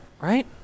right